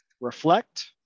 reflect